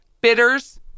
Bitters